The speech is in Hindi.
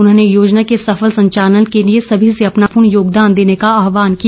उन्होंने योजना के सफल संचालन के लिए सभी से अपना पूर्णयोगदान देने का आहवान किया